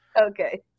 Okay